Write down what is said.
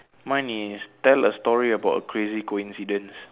mine is tell a story about a crazy coincidence